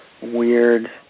weird